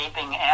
keeping